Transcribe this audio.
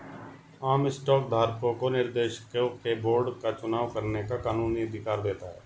आम स्टॉक धारकों को निर्देशकों के बोर्ड का चुनाव करने का कानूनी अधिकार देता है